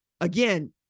Again